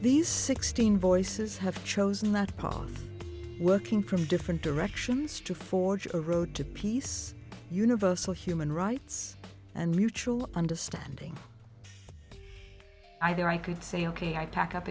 these sixteen voices have chosen that policy working from different directions to forge a road to peace universal human rights and mutual understanding either i could say ok i pack up